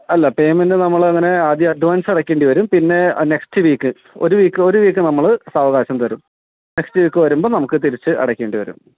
അല്ല പേമെൻറ്റ് നമ്മളങ്ങനെ ആദ്യം അഡ്വാൻസ് അടക്കേണ്ടി വരും പിന്നെ നെക്സ്റ്റ് വീക്ക് ഒരു വീക്ക് ഒരു വീക്ക് നമ്മൾ സാവകാശം തരും നെക്സ്റ്റ് വീക്ക് വരുമ്പോൾ നമുക്ക് തിരിച്ച് അടക്കേണ്ടി വരും